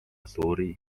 suuri